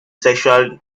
sexual